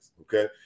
okay